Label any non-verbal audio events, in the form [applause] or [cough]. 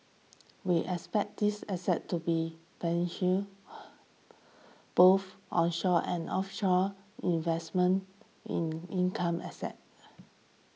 we expect this asset to be [unintelligible] both onshore and offshore investment in income assets